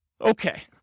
Okay